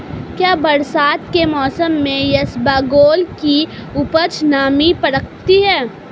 क्या बरसात के मौसम में इसबगोल की उपज नमी पकड़ती है?